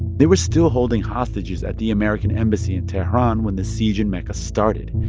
they were still holding hostages at the american embassy in tehran when the siege in mecca started.